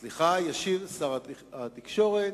סליחה: ישיב שר התקשורת.